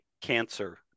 cancer